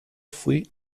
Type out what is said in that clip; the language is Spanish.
fui